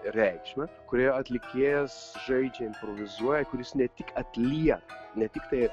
reikšmę kurioje atlikėjas žaidžia improvizuoja kur jis ne tik atlieka ne tiktai